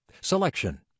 selection